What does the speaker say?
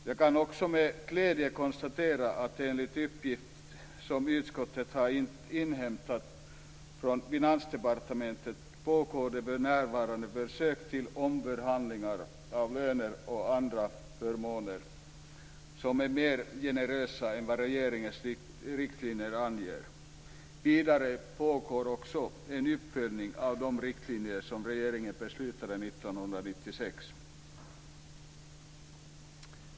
Jag kan också med glädje konstatera att enligt uppgift som utskottet har inhämtat från Finansdepartementet pågår för närvarande försök till omförhandlingar av löner och andra förmåner som är mer generösa än vad regeringens riktlinjer anger. Vidare pågår också en uppföljning av de riktlinjer som regeringen beslutade om 1996.